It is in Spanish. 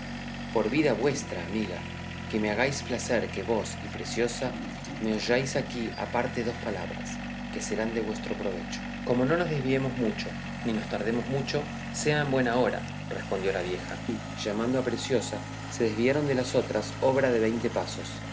por vida vuestra amiga que me hagáis placer que vos y preciosa me oyáis aquí aparte dos palabras que serán de vuestro provecho como no nos desviemos mucho ni nos tardemos mucho sea en buen hora respondió la vieja y llamando a preciosa se desviaron de las otras obra de veinte pasos